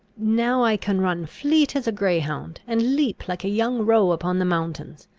now i can run fleet as a greyhound, and leap like a young roe upon the mountains.